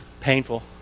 painful